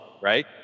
right